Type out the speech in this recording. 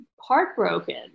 heartbroken